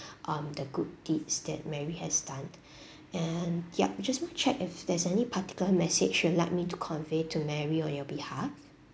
um the good deeds that mary has done and yup just want to check if there's any particular message you like me to convey to mary on your behalf